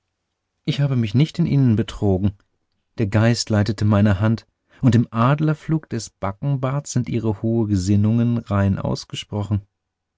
ich habe mich nicht in ihnen betrogen der geist leitete meine hand und im adlerflug des backenbarts sind ihre hohe gesinnungen rein ausgesprochen